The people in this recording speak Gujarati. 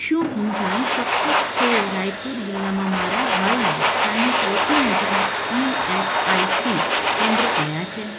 શું હું જાણી શકું કે રાયપુર જિલ્લામાં મારા હાલના સ્થાનની સૌથી નજીકનાં ઇએસઆઈસી કેન્દ્રો કયાં છે